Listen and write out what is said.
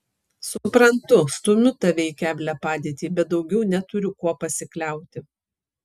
suprantu stumiu tave į keblią padėtį bet daugiau neturiu kuo pasikliauti